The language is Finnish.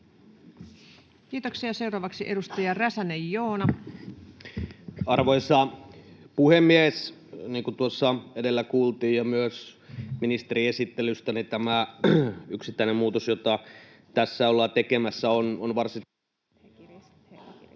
Kiitoksia. — Seuraavaksi edustaja Räsänen, Joona. Arvoisa puhemies! Niin kuin tuossa edellä kuultiin ja myös ministerin esittelystä, tämä yksittäinen muutos, jota tässä ollaan tekemässä, on varsin... [Kahden